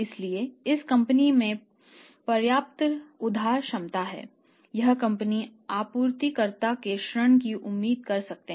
इसलिए इस कंपनी में पर्याप्त उधार क्षमता है यह कंपनी आपूर्तिकर्ता से ऋण की उम्मीद कर सकती है